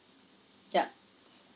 yup